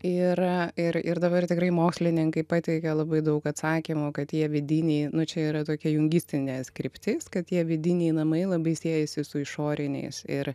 ir ir ir dabar tikrai mokslininkai pateikia labai daug atsakymų kad tie vidiniai nu čia yra tokia jungistinės kryptis kad tie vidiniai namai labai siejasi su išoriniais ir